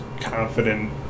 confident